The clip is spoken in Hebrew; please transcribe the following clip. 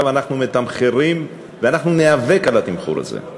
עכשיו אנחנו מתמחרים, ואנחנו ניאבק על התמחור הזה.